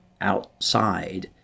outside